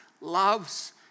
loves